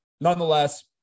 nonetheless